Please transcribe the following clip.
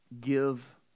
Give